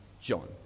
John